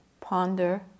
ponder